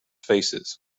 faces